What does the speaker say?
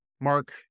Mark